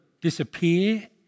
disappear